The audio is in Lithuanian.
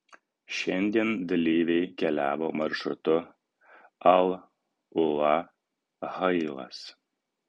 šiandien dalyviai keliavo maršrutu al ula hailas